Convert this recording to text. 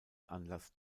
anlass